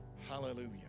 Hallelujah